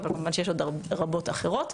אבל כמובן יש עוד רבות אחרות.